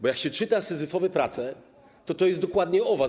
Bo jak się czyta „Syzyfowe prace”, to to jest dokładnie o was.